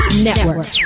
Network